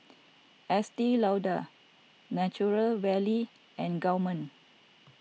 Estee Lauder Nature Valley and Gourmet